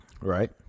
Right